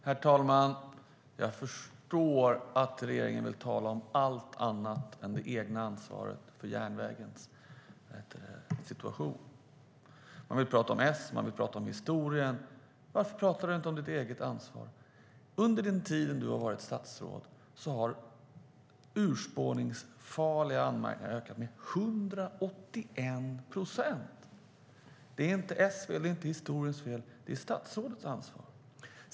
Herr talman! Jag förstår att regeringen vill tala om allt annat än det egna ansvaret för järnvägens situation. Man vill prata om S. Man vill prata om historien. Varför pratar man inte om sitt eget ansvar? Under den tid som Catharina Elmsäter-Svärd har varit statsråd har antalet urspårningsfarliga fel ökat med 181 procent. Det är inte S fel. Det är inte historiens fel. Det är statsrådets ansvar.